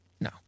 No